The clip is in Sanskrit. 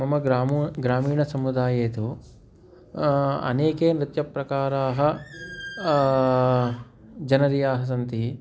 मम ग्रामे ग्रामीणसमुदाये तु अनेके नृत्यप्रकाराः जनर्याः सन्ति